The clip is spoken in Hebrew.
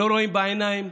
לא רואים בעיניים.